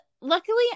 luckily